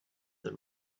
the